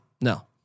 No